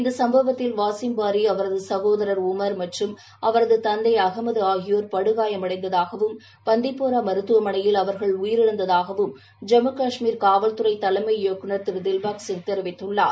இந்த சம்பவத்தில் வாசிம் பாரி அவரது சகோதரர் உமர் மற்றம் அவரது தந்தை அகமது ஆகியோர் படுகாயமடைந்ததாகவும் பண்டிபோரா மருத்துவமனையில் அவர்கள் உயிரிழந்ததாகவும் ஜம்மு காஷ்மீர் காவல் துறை தலைமை இயக்குநர் திவ்பாக் சிங் தெரிவித்துள்ளார்